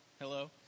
Hello